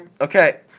Okay